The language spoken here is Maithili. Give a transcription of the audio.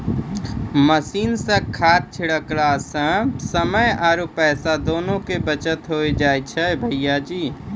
मशीन सॅ खाद छिड़कला सॅ समय आरो पैसा दोनों के बचत होय जाय छै भायजी